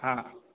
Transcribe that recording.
हाँ